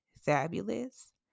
fabulous